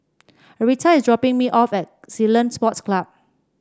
Arietta is dropping me off at Ceylon Sports Club